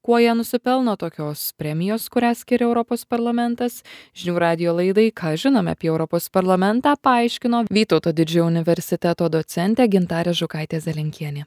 kuo jie nusipelno tokios premijos kurią skiria europos parlamentas žinių radijo laidai ką žinom apie europos parlamentą paaiškino vytauto didžiojo universiteto docentė gintarė žukaitė zelenkienė